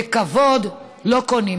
וכבוד לא קונים,